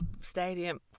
stadium